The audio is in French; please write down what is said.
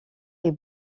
est